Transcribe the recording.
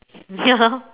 ya lor